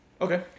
Okay